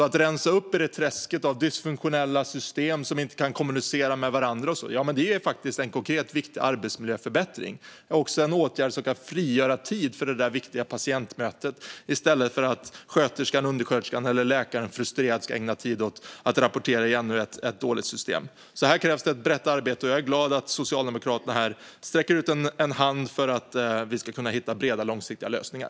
Att rensa upp i träsket av dysfunktionella system som inte kan kommunicera med varandra är en konkret, viktig arbetsmiljöförbättring. Det är också en åtgärd som kan frigöra tid för det där viktiga patientmötet, i stället för att sköterskan, undersköterskan eller läkaren frustrerat ska ägna tid åt att rapportera i ännu ett dåligt system. Det krävs ett brett arbete här, och jag är glad att Socialdemokraterna sträcker ut en hand för att vi ska kunna hitta breda, långsiktiga lösningar.